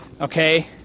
Okay